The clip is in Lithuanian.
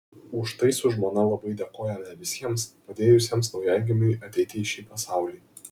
už tai su žmona labai dėkojame visiems padėjusiems naujagimiui ateiti į šį pasaulį